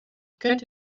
könnte